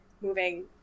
moving